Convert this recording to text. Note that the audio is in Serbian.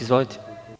Izvolite.